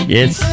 Yes